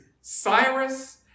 Cyrus